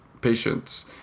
patience